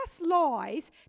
lies